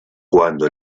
cuando